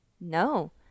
no